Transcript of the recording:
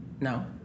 No